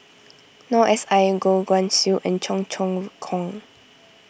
Noor S I Goh Guan Siew and Cheong Choong Kong